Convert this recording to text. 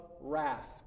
wrath